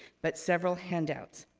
but several handouts.